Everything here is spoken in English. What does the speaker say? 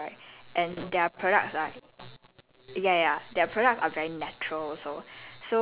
exactly and their skincare is so like pure and nice right and their products are